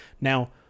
Now